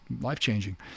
life-changing